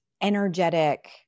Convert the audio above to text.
energetic